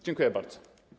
Dziękuję bardzo.